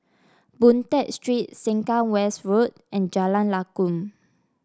Boon Tat Street Sengkang West Road and Jalan Lakum